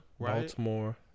Baltimore